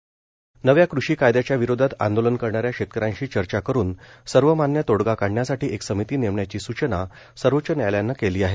समिति नव्या कृषी कायदयांच्या विरोधात आंदोलन करणाऱ्या शेतकऱ्यांशी चर्चा करुन सर्वमान्य तोडगा काढण्यासाठी एक समिती नेमण्याची सूचना सर्वोच्च न्यायालयानं केली आहे